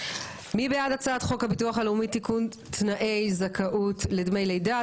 מי בעד הצעת חוק הביטוח הלאומי (תיקון תנאי זכאות לדמי לידה),